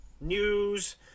News